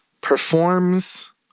performs